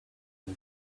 and